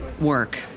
work